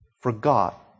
forgot